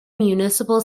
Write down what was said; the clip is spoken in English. municipal